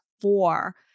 four